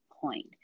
point